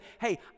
hey